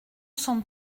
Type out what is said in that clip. cents